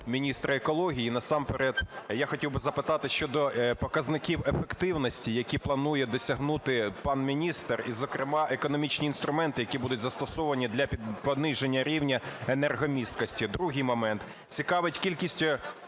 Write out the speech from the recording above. міністра екології. Насамперед я хотів би запитати щодо показників ефективності, які планує досягнути пан міністр, і, зокрема, економічні інструменти, які будуть застосовані для пониження рівня енергомісткості. Другий момент. Цікавить кількість